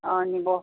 নিব